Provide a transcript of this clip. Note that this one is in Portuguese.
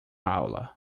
aula